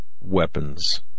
weapons